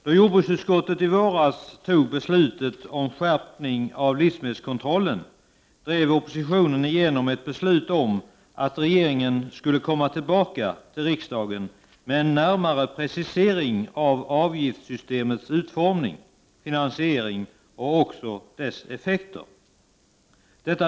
När jordbruksutskottet i våras tog beslutet om skärpning av livsmedelskontrollen, drev oppositionen igenom ett beslut om att regeringen skulle komma tillbaka till riksdagen med en närmare precisering av avgiftssystemets utformning, finansiering och effekter.